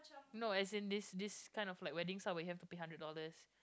no as in these these kind of like wedding stuff where you have pay hundred dollars